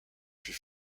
fut